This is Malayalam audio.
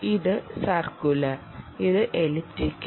ഇത് സർക്കുലാർ ഇത് എലിപ്റ്റിക്കൽ